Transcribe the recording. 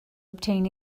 obtain